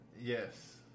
Yes